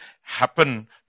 happen